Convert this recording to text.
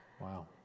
wow